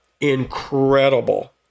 incredible